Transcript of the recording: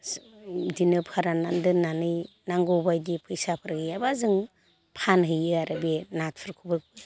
बिदिनो फोराननानै दोननानै नांगौ बायदि फैसाफोर गैयाब्ला जों फानहैयो आरो बे नाथुरखौबो